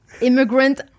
immigrant